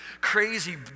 crazy